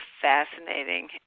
fascinating